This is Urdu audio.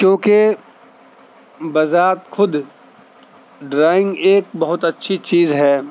کیونکہ بذات خود ڈرائنگ ایک بہت اچھی چیز ہے